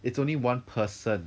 it's only one person